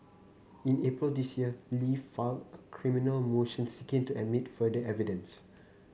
in April this year Li filed a criminal motion seeking to admit further evidence